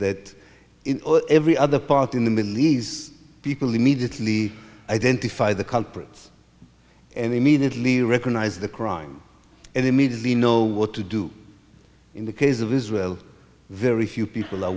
in every other part in the middle east people immediately identify the culprits and immediately recognize the crime and immediately know what to do in the case of israel very few people are